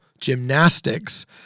gymnastics